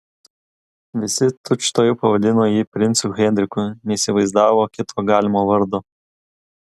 visi tučtuojau pavadino jį princu henriku neįsivaizdavo kito galimo vardo